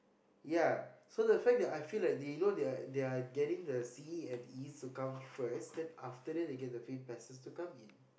ya so the fact that I feel like they you know they are they are getting the C and E to come first then they get the fit peses to come in